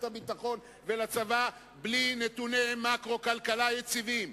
הביטחון ולצבא בלי נתוני מקרו-כלכלה יציבים,